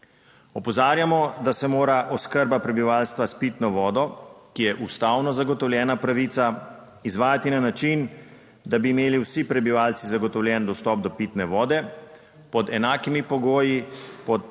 Opozarjamo, da se mora oskrba prebivalstva s pitno vodo, ki je ustavno zagotovljena pravica izvajati na način, da bi imeli vsi prebivalci zagotovljen dostop do pitne vode pod enakimi pogoji, pod